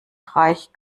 reich